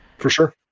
for sure.